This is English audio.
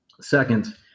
Second